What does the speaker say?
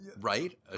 right